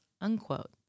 Unquote